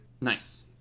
Nice